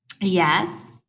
Yes